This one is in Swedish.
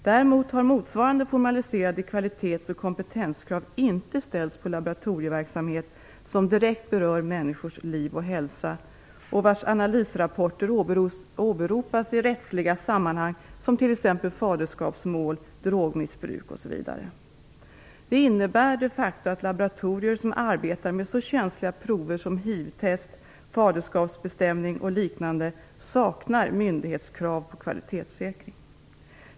Däremot har motsvarande formaliserade kvalitets och kompetenskrav inte ställts på laboratorieverksamhet som direkt berör människors liv och hälsa och vars analysrapporter åberopas i rättsliga sammanhang, t.ex. i faderskapsmål, vad gäller drogmissbruk osv. Detta innebär de facto att laboratorier som arbetar med så känsliga prover som HIV-test, faderskapsbestämning och liknande saknar myndighetskrav på kvalitetssäkring.